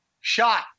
shot